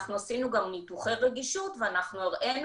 שאנחנו עשינו גם ניתוחי רגישות ואנחנו הראינו